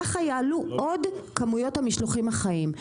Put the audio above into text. ככה יעלו עוד כמויות המשלוחים החיים,